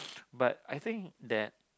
but I think that